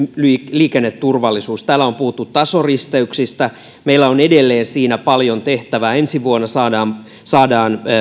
liikenneturvallisuus täällä on puhuttu tasoristeyksistä meillä on edelleen siinä paljon tehtävää ensi vuonna saadaan saadaan